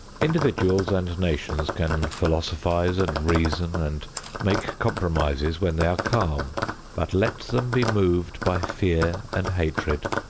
individuals and nations can philosophize and reason and make compromises when they are calm but let them be moved by fear and hatred,